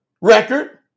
record